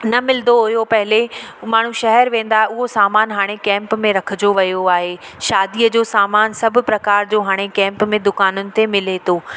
न मिलंदो हुओ पहिरियों माण्हू शहरु वेंदा उहो सामान हाणे कैंप में रखिजो वियो आहे शादीअ जो सामान सभु प्रकार जो हाणे कैंप में दुकाननि ते मिले थो